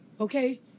Okay